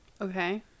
Okay